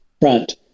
front